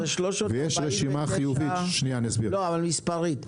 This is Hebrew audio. ויש רשימה חיובית --- מספרית,